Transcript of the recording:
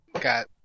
got